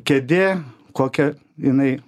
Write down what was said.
kėdė kokia jinai